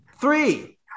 Three